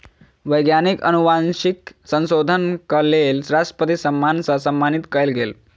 वैज्ञानिक अनुवांशिक संशोधनक लेल राष्ट्रपति सम्मान सॅ सम्मानित कयल गेल